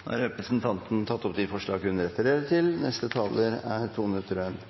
Da har representanten Tove Karoline Knutsen tatt opp de forslagene hun refererte til.